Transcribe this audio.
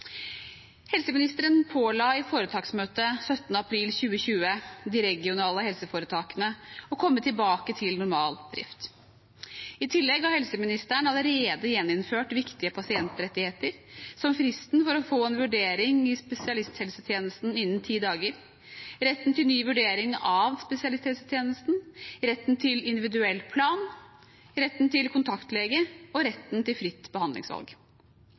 Helseministeren påla i foretaksmøtet 17. april 2020 med de regionale helseforetakene å komme tilbake til normal drift. I tillegg har helseministeren allerede gjeninnført viktige pasientrettigheter, som fristen for å få en vurdering i spesialisthelsetjenesten innen ti dager, retten til ny vurdering av spesialisthelsetjenesten, retten til individuell plan, retten til kontaktlege og retten til fritt behandlingsvalg.